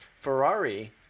Ferrari